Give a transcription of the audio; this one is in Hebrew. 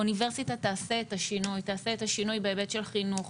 אוניברסיטה תעשה את השינוי בהיבט של חינוך,